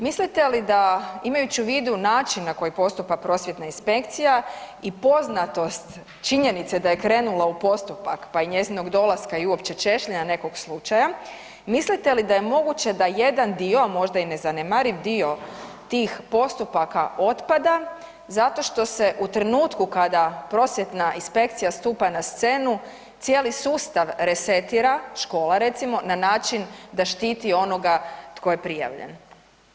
Mislite li da imajući u vidu način na koji postupa Prosvjetna inspekcija i poznatost činjenice da je krenula u postupak pa i njezinog dolaska i uopće češljanja nekog slučaja mislite li da je moguće da jedan dio, a možda i nezanemariv dio tih postupaka otpada zato što se u trenutku kada Prosvjetna inspekcija stupa na scenu cijeli sustav resetira, škola recimo na način da štititi onoga tko je prijavljen.